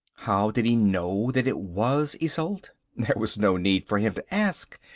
how did he know that it was isolde? there was no need for him to ask.